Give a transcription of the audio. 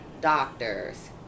doctors